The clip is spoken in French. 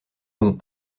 dont